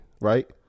right